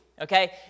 okay